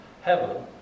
heaven